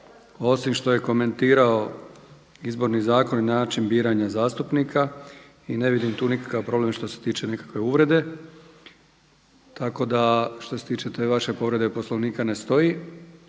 osim što je komentirao Izborni zakon i način biranja zastupnika i ne vidim tu nikakav problem što se tiče nekakve uvrede. Tako da što se tiče ta vaša povreda Poslovnika ne stoji.